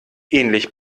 ähnlich